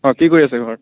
হয় কি কৰি আছে ঘৰত